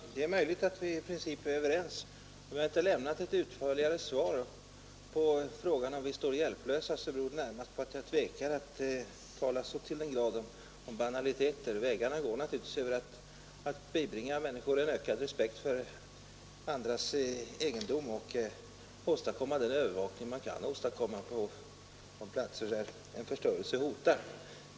Herr talman! Det är möjligt att vi i princip är överens. Att jag inte har lämnat ett utförligare svar på frågan om vi står hjälplösa beror närmast på att jag tvekar att tala så till den grad om banaliteter. Vägarna går naturligtvis över att bibringa människor en ökad respekt för andras egendom och åstadkomma den övervakning man kan åstadkomma på de platser där en förstörelse hotar.